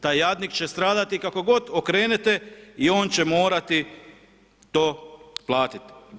Taj jadnik će stradati kako god okrenete i on će morati to platiti.